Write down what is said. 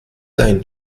dein